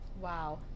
Wow